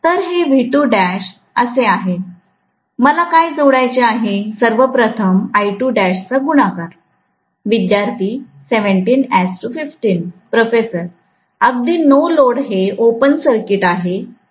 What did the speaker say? तर हे असे आहे मला काय जोडायचे आहे सर्वप्रथमचा गुणाकार प्रोफेसर अगदी नो लोड हे ओपन सर्किट आहे